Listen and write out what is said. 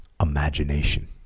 imagination